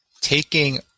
taking